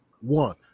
one